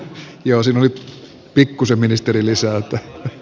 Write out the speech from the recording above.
niin joo siinä oli pikkusen ministerilisää